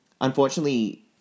unfortunately